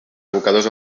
abocadors